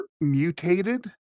mutated